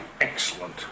excellent